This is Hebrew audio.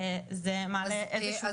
זה מעלה איזשהו קושי.